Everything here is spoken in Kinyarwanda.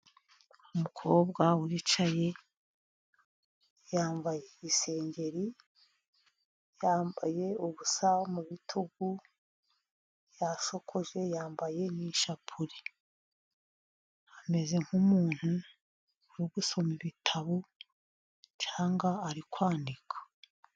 Umukobwa wicaye yambaye isengeri, yambaye ubusa mu bitugu yashokoje yambaye n'ishapule, ameze nk'umuntu urigusoma ibitabo cyangwa ari kwandika.